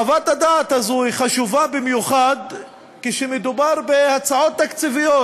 חוות הדעת הזאת חשובה במיוחד כשמדובר בהצעות תקציביות,